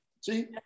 See